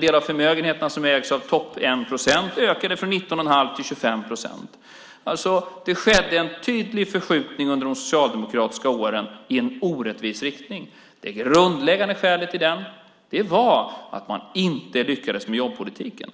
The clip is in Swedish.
del av förmögenheterna som ägs av topp 1 procent ökade från 19 1⁄2 till 25 procent. Under de socialdemokratiska åren skedde alltså en tydlig förskjutning i en orättvis riktning. Det grundläggande skälet till det var att man inte lyckades med jobbpolitiken.